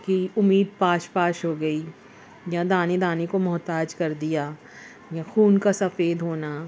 کی امید پاش پاش ہو گئی یا دانے دانے کو محتاج کر دیا یا خون کا سفید ہونا